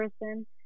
person